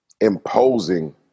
imposing